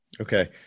Okay